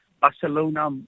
Barcelona